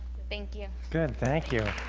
thank you good thank you